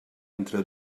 entre